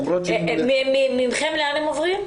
למרות ש --- ממכם לאן הם עוברים?